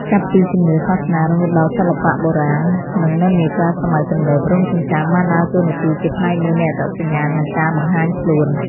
ចាប់ពីជំនឿសាសនា រហូតដល់សិល្បៈបុរាណ និងនិន្នាការសម័យទំនើប រោមចិញ្ចើមបានដើរតួនាទីជាផ្នែកមួយនៃអត្តសញ្ញាណ និងការបង្ហាញខ្លួន។